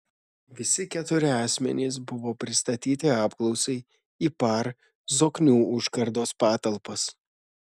visi keturi asmenys buvo pristatyti apklausai į par zoknių užkardos patalpas